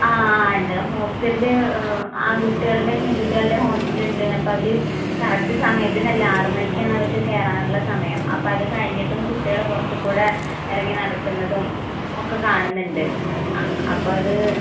ആ ആ ഉണ്ട് ഹോസ്റ്റലില് ആൺകുട്ടികളുടെയും പെൺകുട്ടികളുടെയും ഹോസ്റ്റലുണ്ട് അപ്പോൾ അവര് കറക്റ്റ് സമയത്തിനല്ല ആറ് മണിക്കാണവർക്ക് കയറാനുള്ള സമയം അപ്പോൾ അത് കഴിഞ്ഞിട്ടും കുട്ടികൾ പുറത്ത് കൂടെ ഇറങ്ങി നടക്കുന്നതും ഒക്കെ കാണുന്നുണ്ട് ആ അപ്പോൾ അത്